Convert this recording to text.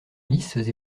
lisses